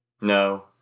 No